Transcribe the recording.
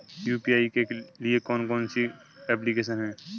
UPI के लिए कौन कौन सी एप्लिकेशन हैं?